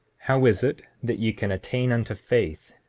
how is it that ye can attain unto faith,